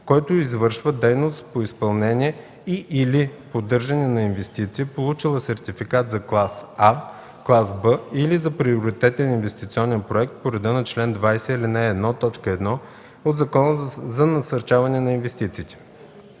който извършва дейност по изпълнение и/или поддържане на инвестиция, получила сертификат за клас А, клас Б, или за приоритетен инвестиционен проект по реда на чл. 20, ал. 1, т. 1 от Закона за насърчаване на инвестициите.